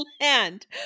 land